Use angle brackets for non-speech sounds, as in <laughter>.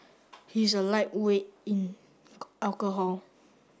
he is a lightweight in <unintelligible> alcohol